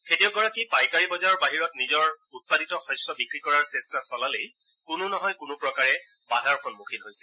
খেতিয়কগৰাকীয়ে পাইকাৰী বজাৰৰ বাহিৰত নিজৰ উৎপাদিত শস্য বিক্ৰী কৰাৰ চেষ্টা চলালেই কোনো নহয় কোনো প্ৰকাৰে বাধাৰ সন্মুখীন হৈছিল